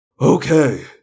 Okay